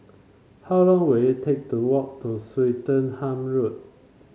how long will it take to walk to Swettenham Road